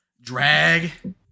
drag